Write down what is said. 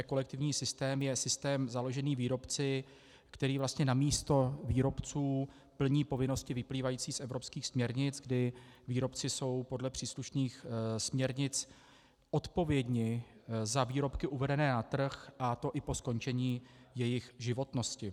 Kolektivní systém je systém založený výrobci, který namísto výrobců plní povinnosti vyplývající z evropských směrnic, kdy výrobci jsou podle příslušných směrnic odpovědní za výrobky uvedené na trh, a to i po skončení jejich životnosti.